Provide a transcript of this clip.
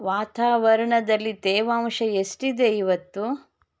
ವಾತಾವರಣದಲ್ಲಿ ತೇವಾಂಶ ಎಷ್ಟಿದೆ ಇವತ್ತು